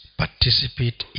participate